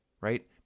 right